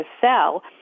sell